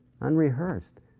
unrehearsed